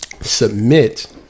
submit